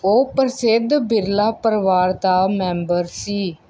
ਉਹ ਪ੍ਰਸਿੱਧ ਬਿਰਲਾ ਪਰਿਵਾਰ ਦਾ ਮੈਂਬਰ ਸੀ